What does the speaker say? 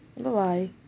bye bye